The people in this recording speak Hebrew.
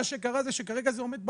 מה שקרה זה שכרגע זה עומד באוויר.